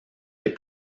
les